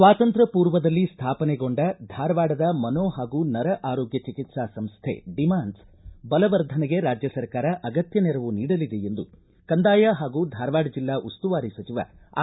ಸ್ವಾತಂತ್ರ್ಯ ಪೂರ್ವದಲ್ಲಿ ಸ್ಥಾಪನೆಗೊಂಡ ಧಾರವಾಡದ ಮನೋ ಹಾಗೂ ನರ ಆರೋಗ್ಯ ಚಿಕಿತ್ಸಾ ಸಂಸ್ಥೆ ಡಿಮ್ಟಾನ್ಸ್ ಬಲವರ್ಧನೆಗೆ ರಾಜ್ಯ ಸರ್ಕಾರ ಅಗತ್ಯ ನೆರವು ನೀಡಲಿದೆ ಎಂದು ಕಂದಾಯ ಹಾಗೂ ಧಾರವಾಡ ಜಿಲ್ಲಾ ಉಸ್ತುವಾರಿ ಸಚಿವ ಆರ್